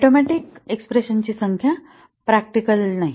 atomic एक्स्प्रेशनची संख्या practical नाही